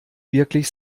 wirklich